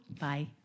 Bye